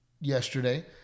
yesterday